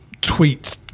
tweet